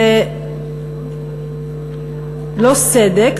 זה לא סדק,